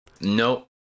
no